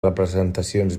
representacions